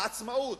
בעצמאות,